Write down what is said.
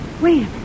Wait